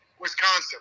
Wisconsin